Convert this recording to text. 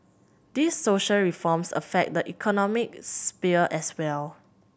these social reforms affect the economic as well